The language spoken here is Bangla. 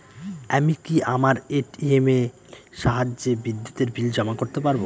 আমি কি আমার এ.টি.এম এর সাহায্যে বিদ্যুতের বিল জমা করতে পারব?